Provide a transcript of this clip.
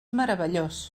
meravellós